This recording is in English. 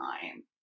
time